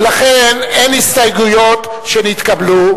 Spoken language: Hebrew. ולכן אין הסתייגויות שנתקבלו,